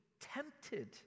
tempted